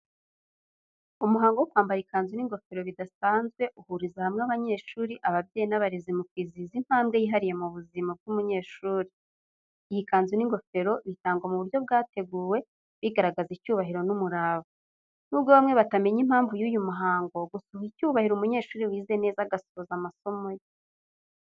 Umuhango wo kwambara ikanzu n’ingofero bidasanzwe, uhuriza hamwe abanyeshuri, ababyeyi n’abarezi mu kwizihiza intambwe yihariye mu buzima bw’umunyeshuri. Iyi kanzu n’ingofero bitangwa mu buryo bwateguwe, bigaragaza icyubahiro n’umurava. Nubwo bamwe batamenya impamvu y’uyu muhango, gusa uha icyubahiro umunyeshuri wize neza agasoza amasomo ye.